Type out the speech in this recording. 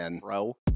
bro